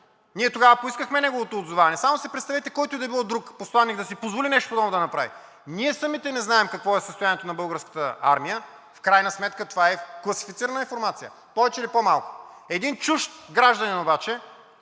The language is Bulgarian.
Ние тогава поискахме неговото отзоваване! Само си представете който и да бил друг посланик да си позволи нещо такова да направи! Ние самите не знаем какво е състоянието на Българската армия – в крайна сметка това е класифицирана информация повече или по-малко, един чужд гражданин обаче,